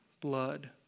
blood